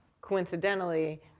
coincidentally